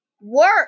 Work